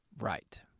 Right